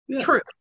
True